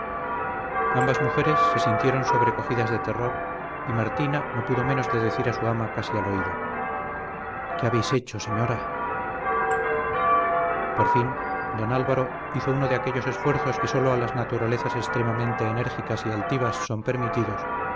ambas mujeres se sintieron sobrecogidas de terror y martina no pudo menos de decir a su ama casi al oído qué habéis hecho señora por fin don álvaro hizo uno de aquellos esfuerzos que sólo a las naturalezas extremadamente enérgicas y altivas son permitidos